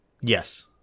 Yes